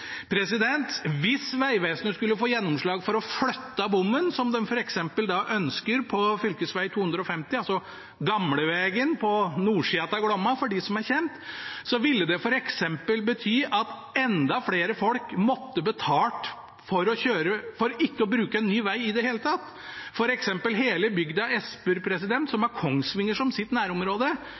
Hvis Vegvesenet skulle få gjennomslag for å flytte bommen, som de f.eks. ønsker på fv. 250, altså gamlevegen på nordsida av Glomma, for dem som er kjent, ville det bety at enda flere folk måtte betalt for ikke å bruke en ny veg i det hele tatt. For eksempel ville hele bygda Edsberg, som har Kongsvinger som sitt nærområde,